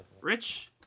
Rich